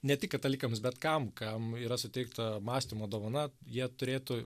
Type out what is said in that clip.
ne tik katalikams bet kam kam yra suteikta mąstymo dovana jie turėtų